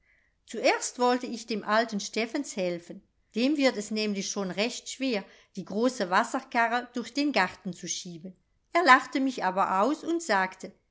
zuerst wollte ich dem alten steffens helfen dem wird es nämlich schon recht schwer die große wasserkarre durch den garten zu schieben er lachte mich aber aus und sagte